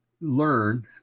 learn